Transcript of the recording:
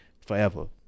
forever